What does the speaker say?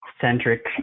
Centric